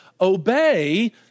obey